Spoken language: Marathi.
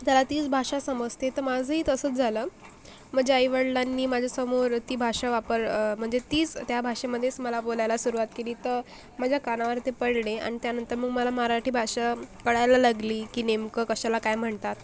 त्याला तीच भाषा समजते तर माझंही तसंच झालं माझ्या आईवडिलांनी माझ्यासमोर ती भाषा वापर म्हणजे तीच त्याभाषेमधेच मला बोलायला सुरुवात केली तर माझ्या कानावर ते पडले आणि त्यानंतर मग मला मराठी भाषा कळायला लागली की नेमकं कशाला काय म्हणतात